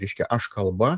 reiškia aš kalba